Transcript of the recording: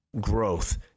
growth